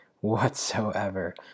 whatsoever